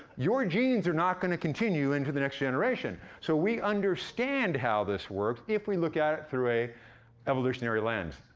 your genes are not gonna continue into the next generation. so we understand how this works if we look at it through a evolutionary lens.